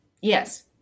Yes